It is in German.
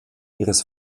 ihres